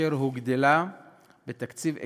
אשר הוגדלה בתקציב אשתקד,